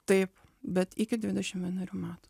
taip bet iki dvidešim vienerių metų